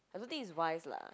I don't think is wise lah